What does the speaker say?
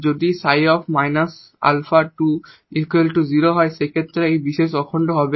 যদি 𝝓−𝜶 𝟐 𝟎 হলে সেইক্ষেত্রে সেই পার্টিকুলার অখণ্ড হবে